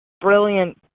brilliant